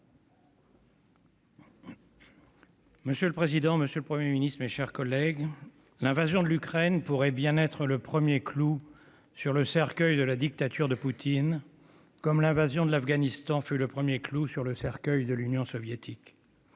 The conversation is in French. Monsieur le président, monsieur le Premier ministre, mes chers collègues, l'invasion de l'Ukraine pourrait bien être le premier clou sur le cercueil de la dictature de Poutine, comme l'invasion de l'Afghanistan fut le premier clou sur le cercueil de l'Union soviétique.